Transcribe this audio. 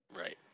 Right